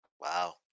Wow